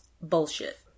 Bullshit